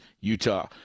Utah